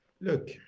look